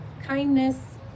kindness